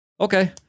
Okay